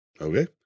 okay